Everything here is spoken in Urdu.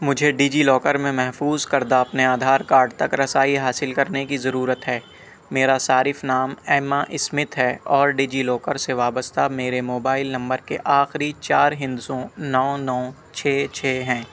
مجھے ڈی جی لاکر میں محفوظ کردہ اپنے آدھار کاڈ تک رسائی حاصل کرنے کی ضرورت ہے میرا صارف نام ایما اسمتھ ہے اور ڈی جی لاکر سے وابستہ میرے موبائل نمبر کے آخری چار ہندسوں نو نو چھ چھ ہیں